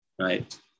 right